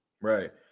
Right